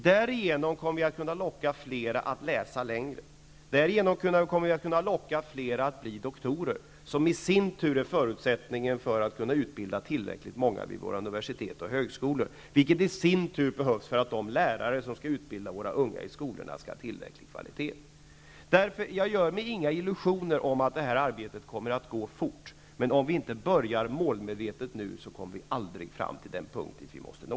Därigenom kommer vi att kunna locka fler att läsa längre, därigenom kommer vi att kunna locka fler att bli doktorer, något som i sin tur är förutsättningen för att vi skall kunna utbilda tillräckligt många vid våra universitet och högskolor, och detta behövs för att de lärare som skall utbilda våra unga i skolan skall ha tillräcklig kvalitet. Jag gör mig inga illusioner om att det här arbetet kommer att gå fort, men om vi inte börjar målmedvetet nu kommer vi aldrig fram till den punkt dit vi måste nå.